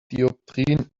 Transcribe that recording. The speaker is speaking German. dioptrien